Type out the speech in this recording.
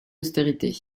austérité